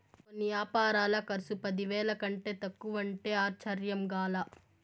కొన్ని యాపారాల కర్సు పదివేల కంటే తక్కువంటే ఆశ్చర్యంగా లా